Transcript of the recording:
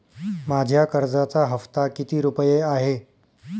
माझ्या कर्जाचा हफ्ता किती रुपये आहे?